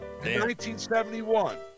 1971